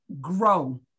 grow